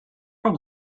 from